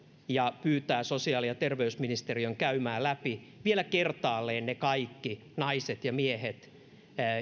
ja pyytää sosiaali ja terveysministeriön käymään läpi vielä kertaalleen ne kaikki naiset ja miehet